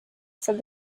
said